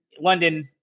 London